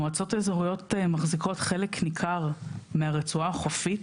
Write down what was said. המועצות האזוריות מחזיקות חלק ניכר מהרצועה החופית.